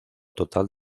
total